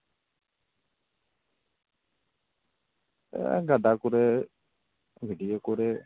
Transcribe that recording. ᱜᱟᱰᱟ ᱠᱚᱨᱮ ᱜᱟᱹᱰᱭᱟᱹ ᱠᱚᱨᱮ